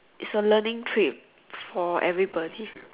is a learning trip for everybody